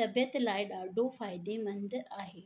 तबियत लाइ ॾाढो फ़ाइदेमंद आहे